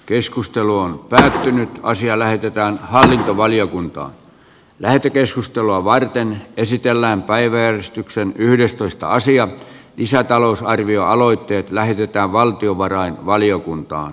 keskustelu on tosin asia lähetetään hallintovaliokuntaan lähetekeskustelua varten esitellään päiväjärjestyksen yhdestoista asian lisätalousarvioaloitteen lähdetään valtionvarain valiokuntaan